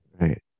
Right